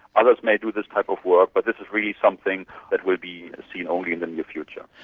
others may do this type of work, but this is really something that will be seen only in the near future.